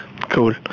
Cool